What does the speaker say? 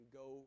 go